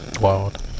Wild